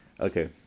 okay